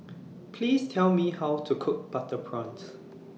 Please Tell Me How to Cook Butter Prawns